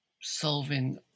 solving